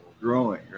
growing